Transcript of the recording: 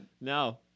No